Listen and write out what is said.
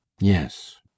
yes